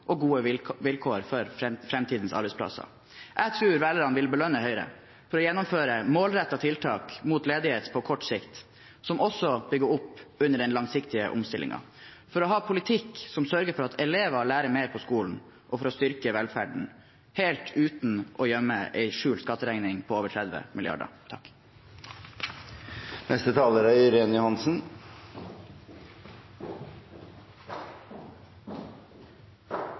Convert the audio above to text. og gode vilkår for framtidens arbeidsplasser. Jeg tror velgerne vil belønne Høyre for å gjennomføre målrettede tiltak mot ledighet på kort sikt, som også bygger opp under den langsiktige omstillingen, for å ha politikk som sørger for at elever lærer mer på skolen, og for å styrke velferden – helt uten å gjemme en skjult skatteregning på over 30 mrd. kr. Det er